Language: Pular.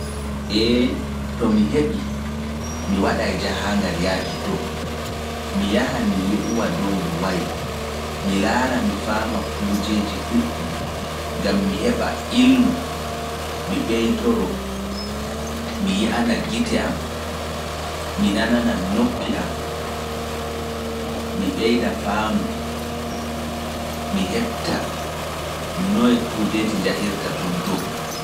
Ee to mi heɓi, mi waɗay jahaangal yaaki dow, mi yaha mi yi'uwa dow no wayi, mi laara mi faama kuujeji ɗuuɗɗi, gam mi heɓa ilmu, mi ɓeytoro, mi yi'ana gite am, mi nanana noppi am, mi ɓeyda faamu, mi heɓta noye kuujeji njahirta toon dow.